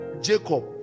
Jacob